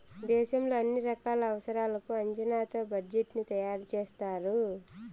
దేశంలో అన్ని రకాల అవసరాలకు అంచనాతో బడ్జెట్ ని తయారు చేస్తారు